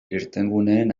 irtenguneen